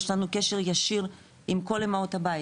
יש לנו קשר ישיר עם כל אמהות הבית,